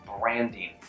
branding